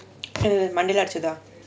மண்டைல அடிக்காத:mandaila adikaatha